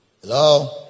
Hello